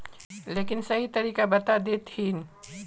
लेकिन सही तरीका बता देतहिन?